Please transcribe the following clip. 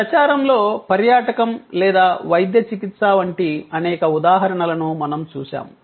ప్రచారంలో పర్యాటకం లేదా వైద్య చికిత్స వంటి అనేక ఉదాహరణలను మనం చూశాము